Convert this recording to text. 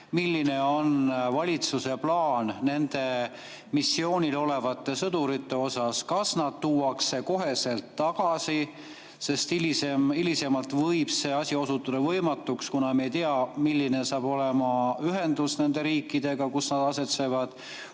milline on valitsuse plaan nende missioonil olevate sõduritega? Kas nad tuuakse kohe tagasi? Hiljem võib see osutuda võimatuks, kuna me ei tea, milline saab olema ühendus nende riikidega, kus nad asetsevad.